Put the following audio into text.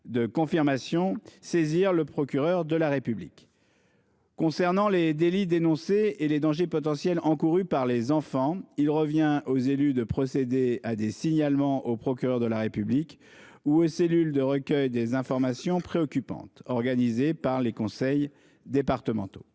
il convient de saisir le procureur de la République. Pour ce qui concerne les délits dénoncés et les dangers potentiels encourus par les enfants, il revient aux élus de procéder à des signalements au procureur de la République ou aux cellules de recueil des informations préoccupantes, qui relèvent des conseils départementaux.